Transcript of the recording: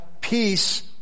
peace